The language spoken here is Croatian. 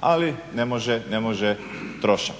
ali ne može trošak.